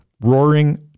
Roaring